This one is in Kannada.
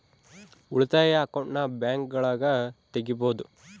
ಉಳಿತಾಯ ಅಕೌಂಟನ್ನ ಬ್ಯಾಂಕ್ಗಳಗ ತೆಗಿಬೊದು